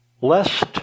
lest